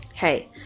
Hey